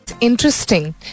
interesting